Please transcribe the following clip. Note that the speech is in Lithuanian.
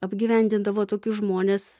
apgyvendindavo tokius žmones